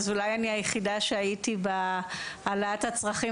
אז אני אולי היחידה שהייתי בהעלאת הצרכים